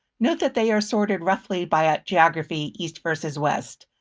note that they are sorted roughly by ah geography east versus west.